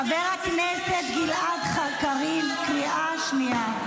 --- חבר הכנסת גלעד קריב, קריאה שנייה.